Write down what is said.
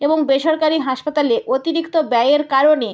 এবং বেসরকারি হাসপাতালে অতিরিক্ত ব্যয়ের কারণে